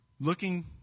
Looking